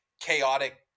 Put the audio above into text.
chaotic